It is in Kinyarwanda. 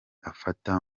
afata